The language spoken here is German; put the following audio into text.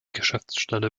geschäftsstelle